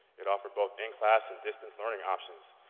it offered both in-class and distance learning options,